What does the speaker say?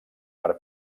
per